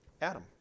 Adam